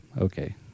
okay